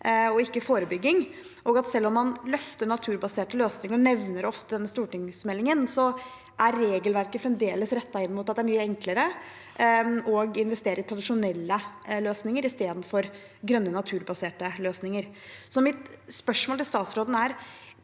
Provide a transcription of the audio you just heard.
og ikke mot forebygging, og at selv om man løfter naturbaserte løsninger og nevner det ofte i denne stortingsmeldingen, er regelverket fremdeles rettet inn mot at det er mye enklere å investere i tradisjonelle løsninger istedenfor i grønne, naturbaserte løsninger. Mitt spørsmål til statsråden er: